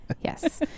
Yes